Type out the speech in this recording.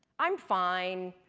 i'm fine.